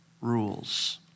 rules